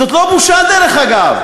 זאת לא בושה, דרך אגב.